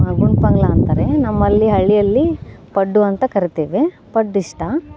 ಗುಂಡು ಪಂಗ್ಲ ಅಂತಾರೆ ನಮ್ಮಲ್ಲಿ ಹಳ್ಳಿಯಲ್ಲಿ ಪಡ್ಡು ಅಂತ ಕರಿತೇವೆ ಪಡ್ಡು ಇಷ್ಟ